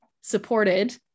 supported